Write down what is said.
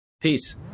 Peace